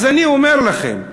אז אני אומר לכם,